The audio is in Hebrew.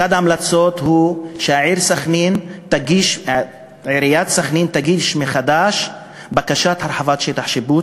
אחת ההמלצות היא שעיריית סח'נין תגיש מחדש בקשה להרחבת שטח השיפוט,